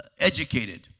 educated